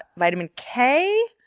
vitamin k,